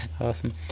Awesome